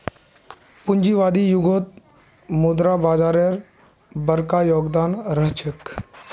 पूंजीवादी युगत मुद्रा बाजारेर बरका योगदान रह छेक